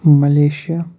Malaysia